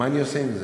מה אני עושה עם זה?